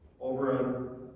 over